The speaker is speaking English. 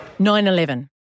9-11